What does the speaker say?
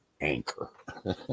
anchor